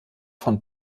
von